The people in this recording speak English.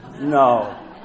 no